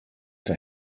der